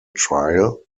trial